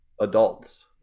adults